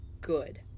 good